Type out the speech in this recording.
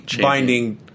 Binding